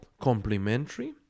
complementary